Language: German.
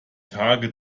tage